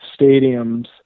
stadiums